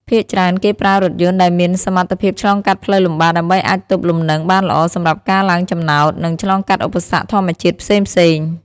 ភាគច្រើនគេប្រើរថយន្តដែលមានសមត្ថភាពឆ្លងកាត់ផ្លូវលំបាក ដើម្បីអាចទប់លំនឹងបានល្អសម្រាប់ការឡើងចំណោត និងឆ្លងកាត់ឧបសគ្គធម្មជាតិផ្សេងៗ។